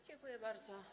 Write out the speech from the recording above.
Dziękuję bardzo.